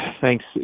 Thanks